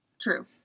true